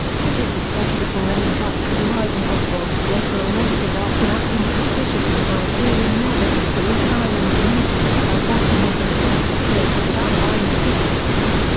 tippit was dead before any help could arrive and oswald was later arrested after acting suspiciously by appearing nervous as police sirens neared him and by ducking into the texas theatre without buying a ticket.